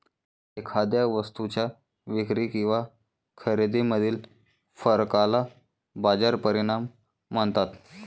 एखाद्या वस्तूच्या विक्री किंवा खरेदीमधील फरकाला बाजार परिणाम म्हणतात